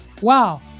Wow